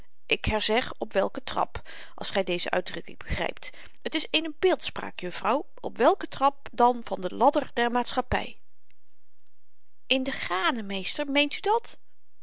ik herzeg op welken trap als gy deze uitdrukking begrypt het is eene beeldspraak juffrouw op welken trap dan van den ladder der maatschappy in de granen meester meent u dat